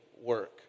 work